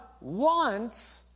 wants